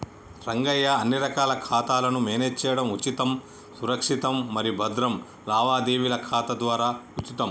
రంగయ్య అన్ని రకాల ఖాతాలను మేనేజ్ చేయడం ఉచితం సురక్షితం మరియు భద్రం లావాదేవీల ఖాతా ద్వారా ఉచితం